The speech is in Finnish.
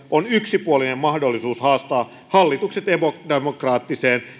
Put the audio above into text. on yksipuolinen mahdollisuus haastaa hallitukset epädemokraattiseen